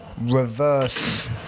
reverse